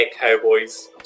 Cowboys